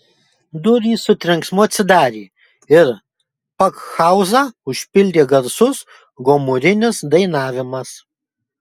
durys su trenksmu atsidarė ir pakhauzą užpildė garsus gomurinis dainavimas